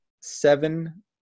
seven